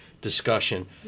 discussion